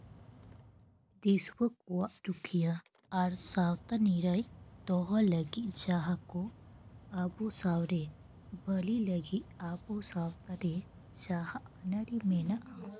ᱫᱤᱥᱣᱟᱹ ᱠᱚᱣᱟᱜ ᱨᱩᱠᱷᱭᱟᱹ ᱟᱨ ᱥᱟᱶᱛᱟ ᱱᱤᱨᱟᱹᱭ ᱫᱚᱦᱚ ᱞᱟᱹᱜᱤᱫ ᱡᱟᱦᱟᱸ ᱠᱚ ᱟᱵᱚ ᱥᱟᱶᱨᱮ ᱵᱷᱟᱜᱮ ᱞᱟᱹᱜᱤᱫ ᱟᱵᱚ ᱥᱟᱶᱛᱟ ᱨᱮ ᱡᱟᱦᱟᱸ ᱟᱹᱱ ᱟᱹᱨᱤ ᱢᱮᱱᱟᱜᱼᱟ